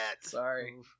Sorry